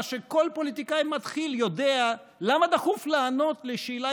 מה שכל פוליטיקאי מתחיל יודע: למה דחוף לענות על שאלה